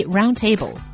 Roundtable